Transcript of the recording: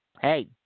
hey